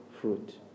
fruit